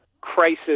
crisis